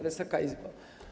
Wysoka Izbo!